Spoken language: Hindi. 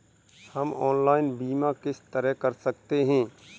हम ऑनलाइन बीमा किस तरह कर सकते हैं?